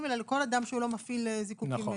אלא לכל אדם שהוא לא מפעיל זיקוקין מוכר.